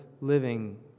living